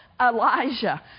Elijah